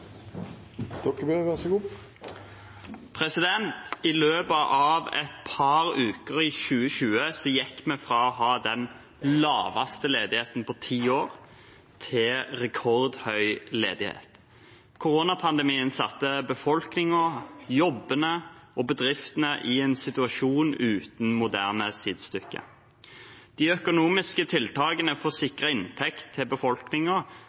å ha den laveste ledigheten på ti år til rekordhøy ledighet. Koronapandemien satte befolkningen, jobbene og bedriftene i en situasjon uten moderne sidestykke. De økonomiske tiltakene for å sikre inntekt til